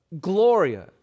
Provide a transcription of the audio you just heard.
Gloria